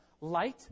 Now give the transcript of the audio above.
Light